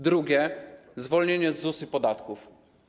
Drugie - zwolnienie z ZUS i podatków.